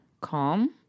calm